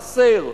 חסר,